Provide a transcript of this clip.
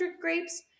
grapes